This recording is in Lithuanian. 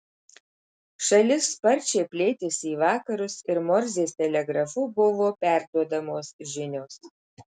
šalis sparčiai plėtėsi į vakarus ir morzės telegrafu buvo perduodamos žinios